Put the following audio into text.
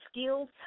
skills